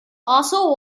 also